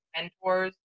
mentors